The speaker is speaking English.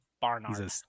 Barnard